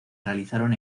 realizaron